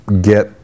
get